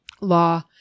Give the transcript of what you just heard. Law